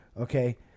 Okay